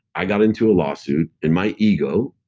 i got into a lawsuit and my ego,